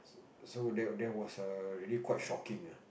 so that that was really quite shocking ah